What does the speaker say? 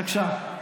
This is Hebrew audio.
בבקשה.